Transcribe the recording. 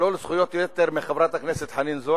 לשלול זכויות יתר מחברת הכנסת חנין זועבי,